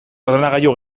ordenagailu